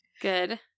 good